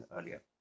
earlier